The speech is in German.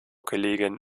kollegin